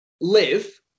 live